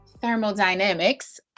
thermodynamics